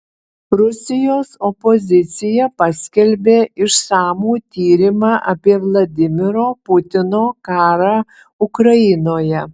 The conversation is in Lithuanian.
rusijos opozicija paskelbė išsamų tyrimą apie vladimiro putino karą ukrainoje